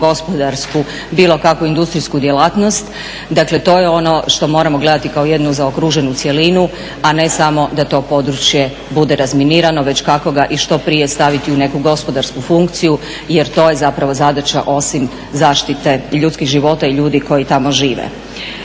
gospodarsku, bilo kakvu industrijsku djelatnost. Dakle, to je ono što moramo gledati kao jednu zaokruženu cjelinu, a ne samo da to područje bude razminirano već kako ga i što prije staviti u neku gospodarsku funkciju jer to je zapravo zadaća osim zaštite ljudskih života i ljudi koji tamo žive.